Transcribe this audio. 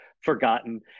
forgotten